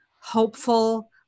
hopeful